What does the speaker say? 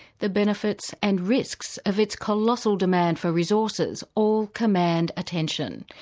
the benefits and risks of its colossal demand for resources, all command attention.